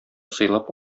сыйлап